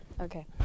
Okay